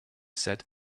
said